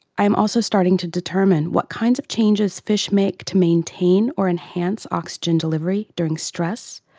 i am also starting to determine what kinds of changes fish make to maintain or enhance oxygen delivery during stress,